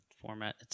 format